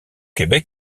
québec